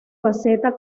faceta